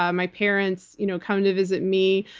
ah my parents you know come to visit me.